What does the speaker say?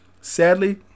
sadly